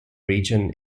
region